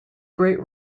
great